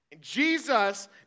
Jesus